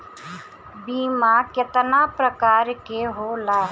बीमा केतना प्रकार के होला?